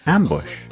Ambush